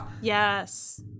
Yes